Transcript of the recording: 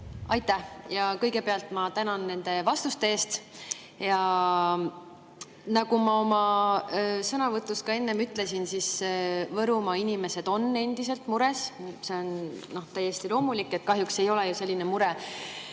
Aitäh! Kõigepealt ma tänan nende vastuste eest. Nagu ma oma sõnavõtus ka enne ütlesin, on Võrumaa inimesed endiselt mures. See on täiesti loomulik. Kahjuks see ei ole selline mure,